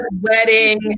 wedding